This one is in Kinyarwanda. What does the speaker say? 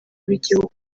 w’igihugu